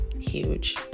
huge